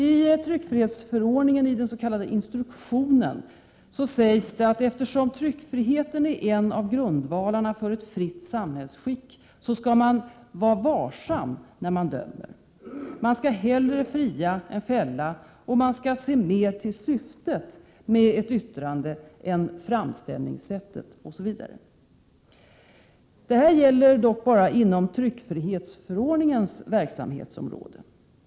I den s.k. instruktionen i tryckfrihetsförordningen sägs att eftersom tryckfriheten är en av grundvalerna för ett fritt samhällsskick, skall man vara varsam när man dömer — hellre fria än fälla, se mer till syftet med ett yttrande än till framställningssättet osv. Detta gäller dock bara inom tryckfrihetsförordningens område.